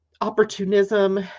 Opportunism